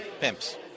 pimps